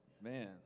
man